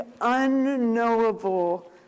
unknowable